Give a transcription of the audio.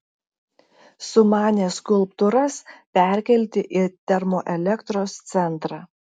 sumanė skulptūras perkelti į termoelektros centrą